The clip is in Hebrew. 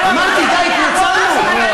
הייתה טעות, באמת.